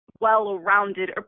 well-rounded